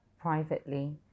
privately